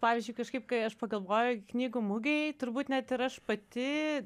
pavyzdžiui kažkaip kai aš pagalvoju knygų mugėj turbūt net ir aš pati